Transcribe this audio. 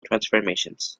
transformations